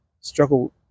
struggle